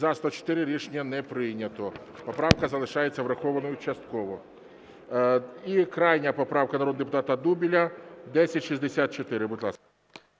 За-104 Рішення не прийнято. Поправка залишається врахованою частково. І крайня поправка народного депутата Дубеля 1064,